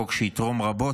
חוק שיתרום רבות,